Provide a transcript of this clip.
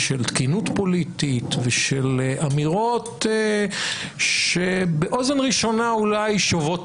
של תקינות פוליטית ושל אמירות שבאוזן ראשונה אולי שובות